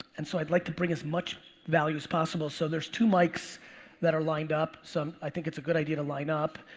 and so i'd like to bring as much value as possible. so there's two mics that are lined up, so i think it's a good idea to line up.